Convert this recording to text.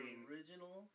original